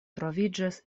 troviĝis